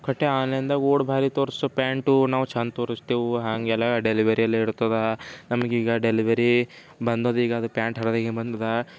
ಖೊಟ್ಟೆ ಆನ್ಲೈನ್ದಾಗೆ ಓಡಿ ಭಾರಿ ತೋರಿಸು ಪ್ಯಾಂಟ್ ನಾವು ಚೆಂದ ತೋರಿಸ್ತೇವು ಹಾಗೆಲ್ಲಾ ಡೆಲಿವರಿಯೆಲ್ಲ ಇಡ್ತಾವೆ ನಮಗೀಗ ಡೆಲಿವರಿ ಬಂದದ್ದು ಈಗ ಅದು ಪ್ಯಾಂಟ್ ಹರಿದು ಈಗ ಬಂದಿದೆ